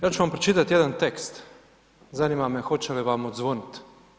Ja ću vam pročitati jedan tekst, zanima me hoće li vam odzvonit.